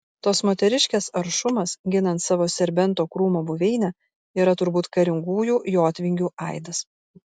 tos moteriškės aršumas ginant savo serbento krūmo buveinę yra turbūt karingųjų jotvingių aidas